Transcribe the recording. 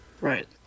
Right